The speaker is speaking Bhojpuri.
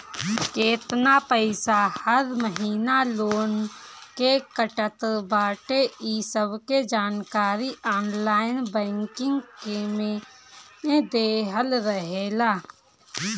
केतना पईसा हर महिना लोन के कटत बाटे इ सबके जानकारी ऑनलाइन बैंकिंग में देहल रहेला